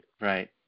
Right